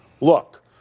look